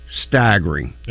staggering